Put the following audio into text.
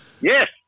Yes